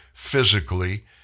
physically